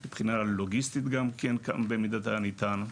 וגם מבחינה לוגיסטית במידת הניתן.